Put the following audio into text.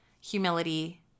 humility